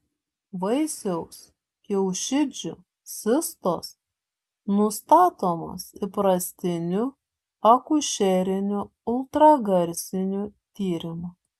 vaisiaus kiaušidžių cistos nustatomos įprastiniu akušeriniu ultragarsiniu tyrimu